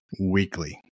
weekly